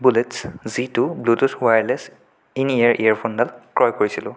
bullets Z two bluetooth wireless in ear ইয়েৰফোনডাল ক্ৰয় কৰিছিলোঁ